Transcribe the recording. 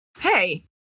Hey